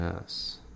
Yes